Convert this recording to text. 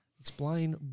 Explain